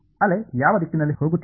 ಅಲೆ ಯಾವ ದಿಕ್ಕಿನಲ್ಲಿ ಹೋಗುತ್ತಿದೆ